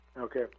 okay